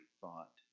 thought